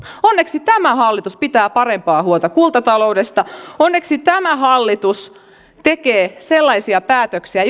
onneksi tämä hallitus pitää parempaa huolta kuntataloudesta onneksi tämä hallitus tekee sellaisia päätöksiä